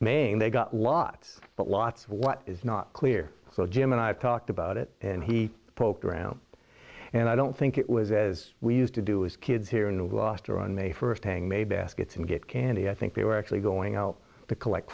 maine they got lots but lots of what is not clear so jim and i talked about it and he poked around and i don't think it was as we used to do is kids here in new gloucester on may first hang may baskets and get candy i think they were actually going out to collect